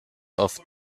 auf